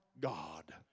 God